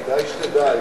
כדאי שתדע,